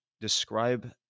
describe